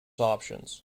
options